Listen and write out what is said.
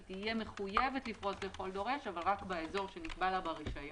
היא תהיה מחויבת לפרוס לכל דורש אבל רק באזור שנקבע לה ברישיון.